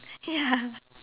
ya